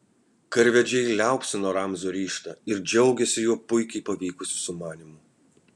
karvedžiai liaupsino ramzio ryžtą ir džiaugėsi jo puikiai pavykusiu sumanymu